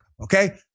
okay